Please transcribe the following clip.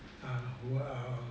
err who are